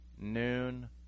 noon